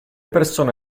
persone